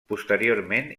posteriorment